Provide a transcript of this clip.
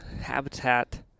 habitat